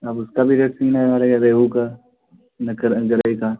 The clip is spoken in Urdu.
اب اس کا بھی ریٹ ہے یا ریہو کا گرئی کا